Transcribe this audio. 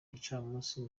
gicamunsi